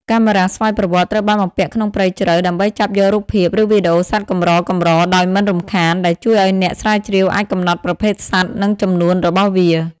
កាមេរ៉ាស្វ័យប្រវត្តិ ត្រូវបានបំពាក់ក្នុងព្រៃជ្រៅ ដើម្បីចាប់យករូបភាព ឬវីដេអូសត្វកម្រៗដោយមិនរំខាន ដែលជួយឲ្យអ្នកស្រាវជ្រាវអាចកំណត់ប្រភេទសត្វ និងចំនួនរបស់វា។